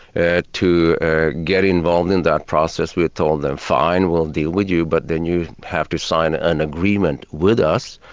ah to ah get involved in that process we told them fine, we'll deal with you, but then you have to sign an agreement with us,